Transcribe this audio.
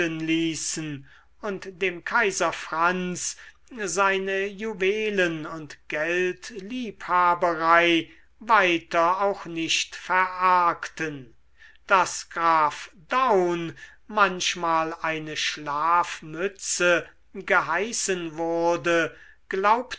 und dem kaiser franz seine juwelen und geldliebhaberei weiter auch nicht verargten daß graf daun manchmal eine schlafmütze geheißen wurde glaubten